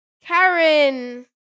Karen